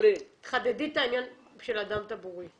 תחדדי את העניין של דם טבורי.